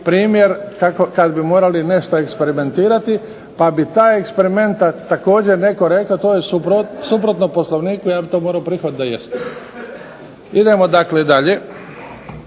primjer kada bi morali nešto eksperimentirati, pa bi taj eksperiment također netko rekao to je suprotno Poslovniku ja bih to morao prihvatiti da jeste. Idemo dalje.